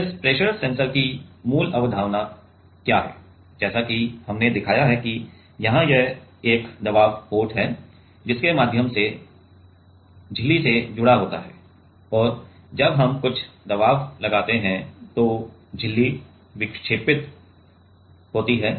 अब इस pressure sensor की मूल अवधारणा क्या है जैसा कि हमने दिखाया है कि यहाँ एक दबाव पोर्ट है जिसके माध्यम से झिल्ली से जुड़ा होता है और जब हम कुछ दबाव लगाते हैं तो झिल्ली विक्षेपित होती है